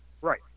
right